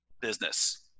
business